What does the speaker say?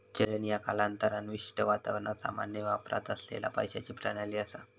चलन ह्या कालांतरान विशिष्ट वातावरणात सामान्य वापरात असलेला पैशाची प्रणाली असा